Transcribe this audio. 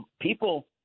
people